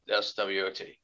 SWOT